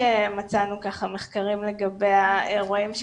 שמצאנו מחקרים לגבי האירועים,